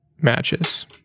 matches